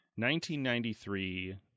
1993